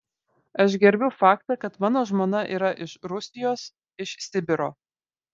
aš gerbiu faktą kad mano žmona yra iš rusijos iš sibiro